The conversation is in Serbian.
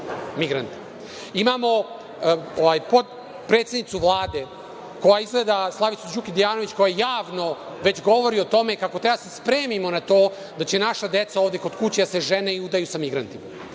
Vlade, koja izgleda, Slavicu Đukić Dejanović, koja javno već govori o tome kako treba da se spremimo na to da će naša deca ovde kod kuće da se žene i udaju sa migrantima. Da